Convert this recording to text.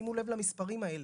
שימו לב למספרים האלה,